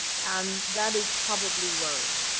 and that is probably worrying.